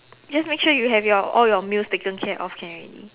just make sure you have your all your meals taken care of can already